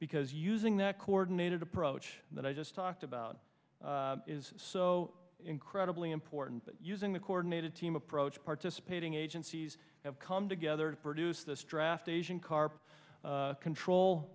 because using that coordinated approach that i talked about is so incredibly important using the coordinated team approach participating agencies have come together to produce this draft asian carp control